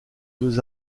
deux